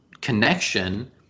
connection